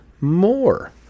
more